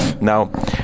now